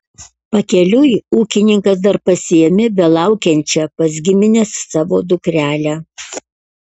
pakeliui ūkininkas dar pasiėmė belaukiančią pas gimines savo dukrelę